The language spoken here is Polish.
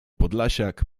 podlasiak